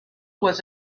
was